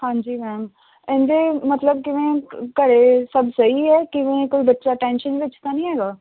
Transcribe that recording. ਹਾਂਜੀ ਮੈਮ ਇਹਦੇ ਮਤਲਬ ਕਿਵੇਂ ਘਰੇ ਸਭ ਸਹੀ ਹੈ ਕਿਵੇਂ ਕੋਈ ਬੱਚਾ ਟੈਨਸ਼ਨ ਵਿੱਚ ਤਾਂ ਨਹੀਂ ਹੈਗਾ